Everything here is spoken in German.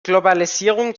globalisierung